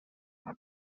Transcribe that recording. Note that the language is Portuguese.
você